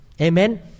Amen